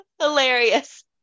Hilarious